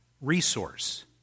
resource